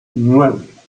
nueve